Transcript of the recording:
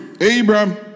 Abraham